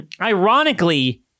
Ironically